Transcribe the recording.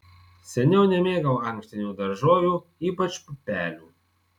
seniau nemėgau ankštinių daržovių ypač pupelių